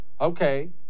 Okay